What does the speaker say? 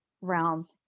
realm